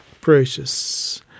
precious